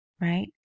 Right